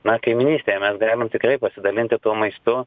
na kaimynystėje mes galim tikrai pasidalinti tuo maistu